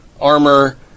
armor